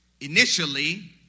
initially